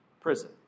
prison